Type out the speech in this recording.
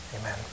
Amen